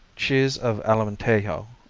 cheese of alemtejo,